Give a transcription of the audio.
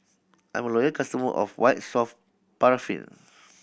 I'm a loyal customer of White Soft Paraffin